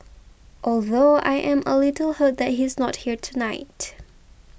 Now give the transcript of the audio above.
although I am a little hurt that he's not here tonight